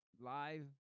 live